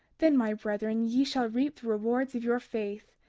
then, my brethren, ye shall reap the rewards of your faith,